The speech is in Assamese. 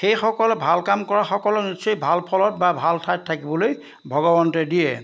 সেইসকল ভাল কাম কৰা সকল নিশ্চয় ভাল ফলত বা ভাল ঠাইত থাকিবলৈ ভগৱন্তই দিয়ে